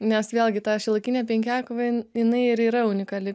nes vėlgi ta šiuolaikinė penkiakovė jin jinai ir yra unikali